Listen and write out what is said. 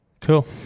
Cool